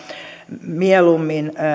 mieluummin